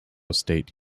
state